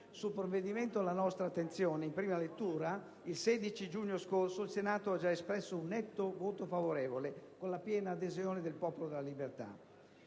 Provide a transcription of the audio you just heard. sul provvedimento alla nostra attenzione in prima lettura il 16 giugno scorso il Senato ha già espresso un netto voto favorevole con la piena adesione del Popolo della Libertà.